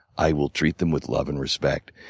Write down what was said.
i will treat them with love and respect.